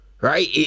Right